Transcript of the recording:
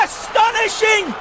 Astonishing